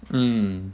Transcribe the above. mm